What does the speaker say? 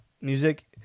music